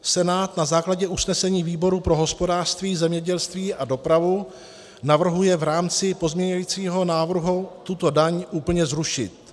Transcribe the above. Senát na základě usnesení výboru pro hospodářství, zemědělství a dopravu navrhuje v rámci pozměňujícího návrhu tuto daň úplně zrušit.